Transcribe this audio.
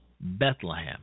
Bethlehem